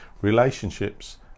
relationships